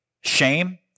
shame